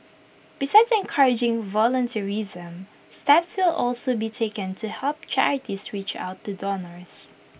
besides encouraging volunteerism steps will also be taken to help charities reach out to donors